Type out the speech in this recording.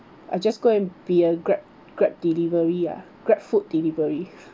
I just go and be a grab grab delivery ah grab food delivery